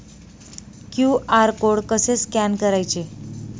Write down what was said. QR code कसे scan करायचे?